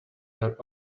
their